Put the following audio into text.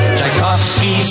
Tchaikovsky